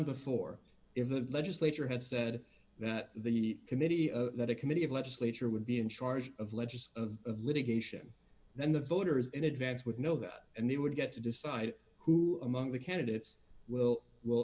before if the legislature had said that the committee that a committee of legislature would be in charge of letters of litigation then the voters in advance with nowhere and they would get to decide who among the candidates will will